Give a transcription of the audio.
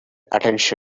attention